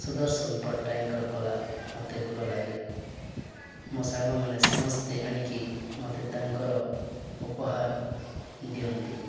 ସୁଦର୍ଶନ ପଟ୍ଟନାୟକଙ୍କର କଲା ମୋତେ ଭଲ ଲାଗେ ମୋ ସାଙ୍ଗମାନେ ସମସ୍ତେ ଆଣିକି ମୋତେ ତାଙ୍କର ଉପହାର ଦିଅନ୍ତି